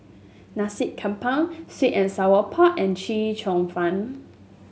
Nasi Campur sweet and Sour Pork and Chee Cheong Fun